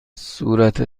صورت